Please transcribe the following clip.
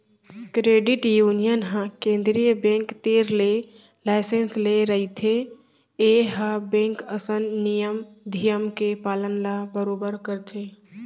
credit union ह केंद्रीय bank तीर ले लाइसेंस ले रहिथे ए ह बेंक असन नियम धियम के पालन ल बरोबर करथे